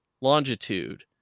longitude